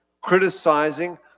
criticizing